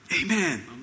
Amen